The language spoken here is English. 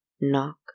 knock